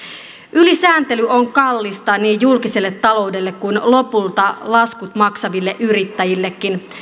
ylisääntely on kallista niin julkiselle taloudelle kuin lopulta laskut maksaville yrittäjillekin